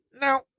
now